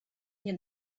nie